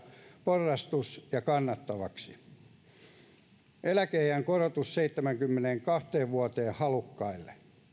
porrastus kannattavaksi eläkeiän korotus seitsemäänkymmeneenkahteen vuoteen halukkaille